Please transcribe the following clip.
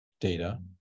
data